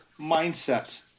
mindset